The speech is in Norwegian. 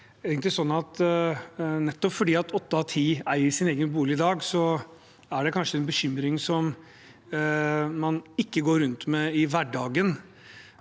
Nettopp fordi åtte av ti eier sin egen bolig i dag, er dette kanskje ikke en bekymring som man går rundt med i hverdagen,